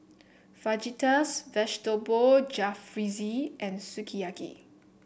Fajitas Vegetable Jalfrezi and Sukiyaki